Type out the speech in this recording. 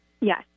Yes